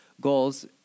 goals